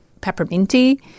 pepperminty